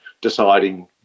deciding